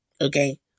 okay